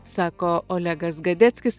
sako olegas gadeckis